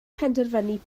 penderfynu